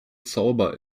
zauber